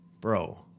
bro